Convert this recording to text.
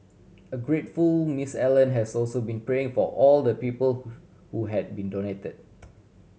a grateful Miss Allen has also been praying for all the people who have been donated